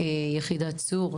מיחידת צור.